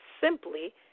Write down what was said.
simply